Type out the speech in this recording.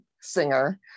singer